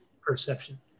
perception